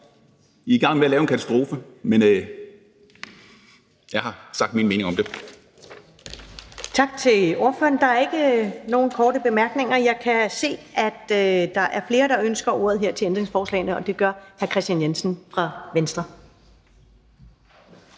I er i gang med at lave en katastrofe, men jeg har sagt min mening om det.